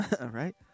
Right